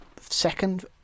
second